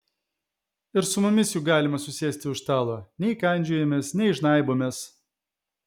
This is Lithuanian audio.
ir su mumis juk galima susėsti už stalo nei kandžiojamės nei žnaibomės